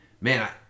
man